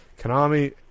Konami